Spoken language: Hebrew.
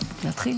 הכריז